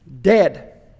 Dead